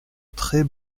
très